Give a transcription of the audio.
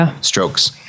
strokes